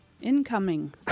Incoming